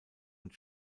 und